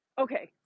Okay